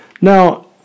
Now